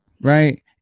right